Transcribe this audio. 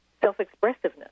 self-expressiveness